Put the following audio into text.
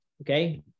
okay